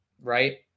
right